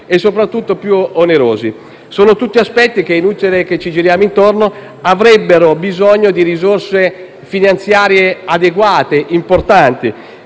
e soprattutto più onerosi. Sono tutti aspetti che - è inutile che ci giriamo intorno - avrebbero bisogno di risorse finanziarie adeguate, importanti,